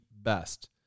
best